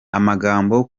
amagambo